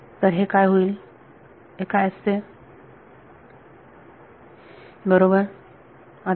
तर हे काय होईल हे काय असेल बरोबर आता